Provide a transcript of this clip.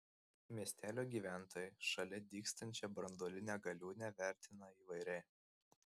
miestelio gyventojai šalia dygstančią branduolinę galiūnę vertina įvairiai